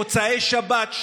מוצאי שבת,